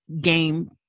game